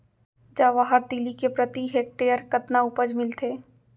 जवाहर तिलि के प्रति हेक्टेयर कतना उपज मिलथे?